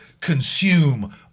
consume